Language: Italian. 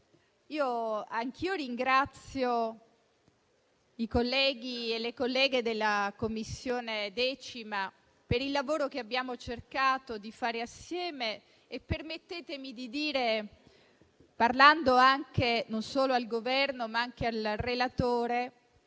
anch'io ringrazio i componenti della 10a Commissione per il lavoro che abbiamo cercato di fare assieme. Permettetemi di dire, parlando non solo al Governo, ma anche al relatore,